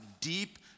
deep